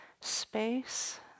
space